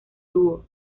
dúo